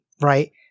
right